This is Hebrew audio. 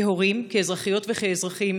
כהורים, כאזרחיות וכאזרחים